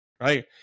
right